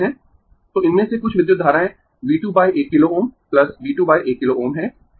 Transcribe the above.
तो इनमें से कुछ विद्युत धाराएं V 21 किलो Ω V 21 किलो Ω हैं